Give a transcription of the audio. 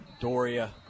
Doria